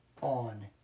on